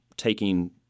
Taking